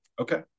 Okay